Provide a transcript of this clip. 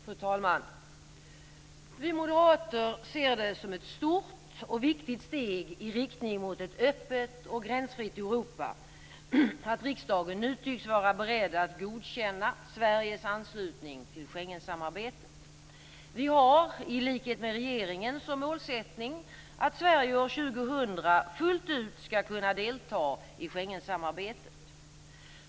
Fru talman! Vi moderater ser det som ett stort och viktigt steg i riktning mot ett öppet och gränsfritt Europa att riksdagen nu tycks vara beredd att godkänna Sveriges anslutning till Schengensamarbetet. Vi har i likhet med regeringen som målsättning att Sverige år 2000 fullt ut skall kunna delta i Schengensamarbetet.